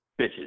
bitches